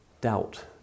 doubt